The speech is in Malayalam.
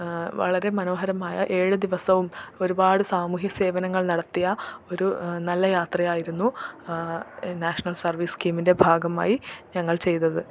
വളരെ മനോഹരമായ ഏഴ് ദിവസവും ഒരുപാട് സാമൂഹ്യ സേവനങ്ങൾ നടത്തിയ ഒരു നല്ല യാത്രയായിരുന്നു നാഷണൽ സർവീസ് സ്കീമിൻറ്റെ ഭാഗമായി ഞങ്ങൾ ചെയ്തത്